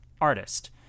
artist